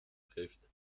trifft